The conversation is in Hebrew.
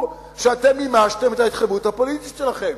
שאתם מימשתם את ההתחייבות הפוליטית שלכם.